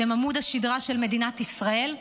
שהם עמוד השדרה של מדינת ישראל.